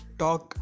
talk